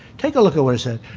take a look who it.